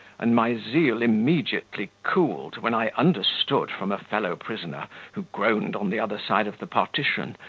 and my zeal immediately cooled, when i understood from a fellow-prisoner, who groaned on the other side of the partition,